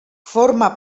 forma